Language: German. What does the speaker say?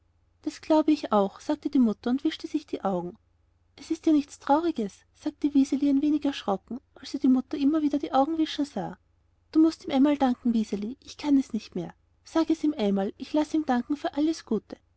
das glaube ich auch sagte die mutter und wischte sich die augen es ist ja nichts trauriges sagte wiseli ein wenig erschrocken als sie die mutter immer wieder die augen wischen sah du mußt ihm einmal danken wiseli ich kann es nicht mehr sag es ihm einmal ich lass ihm danken für alles gute